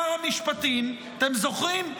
שר המשפטים, אתם זוכרים?